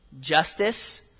justice